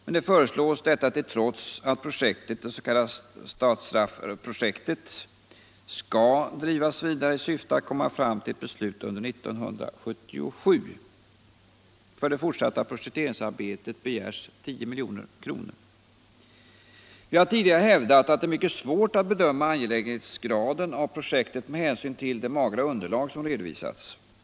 Det föreslås detta till trots att projektet, det s.k. Statsraffprojektet, skall drivas vidare i syfte att komma fram till ett beslut under 1977. För detta projekteringsarbete begärs 10 milj.kr. Vi har tidigare hävdat att det är mycket svårt att bedöma angelägenhetsgraden av projektet med hänsyn till det magra underlag som redovisats.